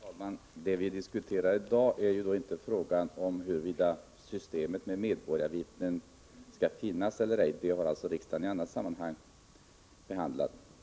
Herr talman! Vi diskuterar i dag inte huruvida systemet med medborgarvittnen skall finnas eller ej. Den frågan har riksdagen i annat sammanhang behandlat.